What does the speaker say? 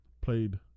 played